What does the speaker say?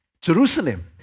Jerusalem